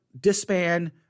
disband